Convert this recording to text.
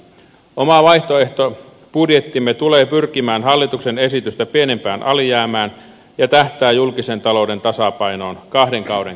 oma vaihtoehtobudjettimme tulee pyrkimään hallituksen esitystä pienempään alijäämään ja tähtää julkisen talouden tasapainoon kahden kauden